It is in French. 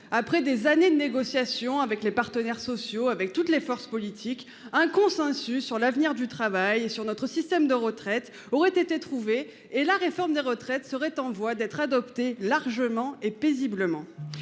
après des années de négociations avec les partenaires sociaux avec toutes les forces politiques un consensus sur l'avenir du travail et sur notre système de retraite aurait été trouvé et la réforme des retraites, seraient en voie d'être adopté largement et paisiblement.